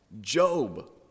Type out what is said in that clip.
Job